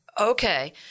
Okay